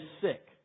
sick